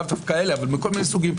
לאו דווקא כאלה אבל מכל מיני סוגים,